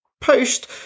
post